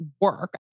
work